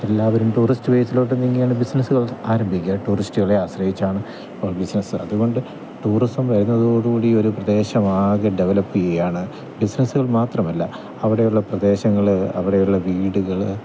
എല്ലാവരും ടൂറിസ്റ്റ് പ്ലേസിലോട്ട് നീങ്ങിയാണ് ബിസിനസ്സുകൾ ആരംഭിക്കുക ടൂറിസ്റ്റുകളെ ആശ്രയിച്ചാണ് നമ്മൾ ബിസിനെസ്സ് അതുകൊണ്ട് ടൂറിസം വരുന്നതോടുകൂടി ഈയൊരു പ്രദേശമാകെ ഡെവലെപ്പ് ചെയ്യുകയാണ് ബിസിനസ്സുകൾ മാത്രമല്ല അവടെയുള്ള പ്രദേശങ്ങൾ അവിടെയുള്ള വീടുകൾ